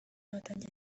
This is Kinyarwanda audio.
watangiye